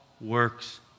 works